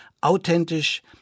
Authentisch